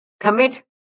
Commit